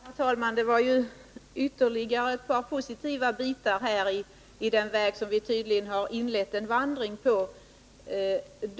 Herr talman! Det här var ytterligare ett par positiva bitar på den väg som vi tydligen har inlett en vandring på.